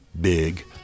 big